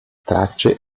tracce